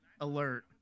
alert